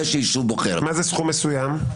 מה זה סכום מסוים?